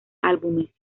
álbumes